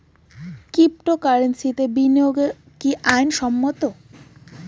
ক্রিপ্টোকারেন্সিতে বিনিয়োগ কি আইন সম্মত?